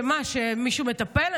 שמישהו מטפל?